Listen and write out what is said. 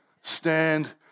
Stand